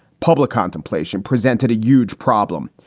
public contemplation presented a huge problem.